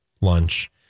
lunch